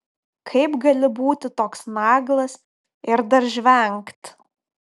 kaip gali būti toks naglas ir dar žvengt